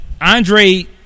Andre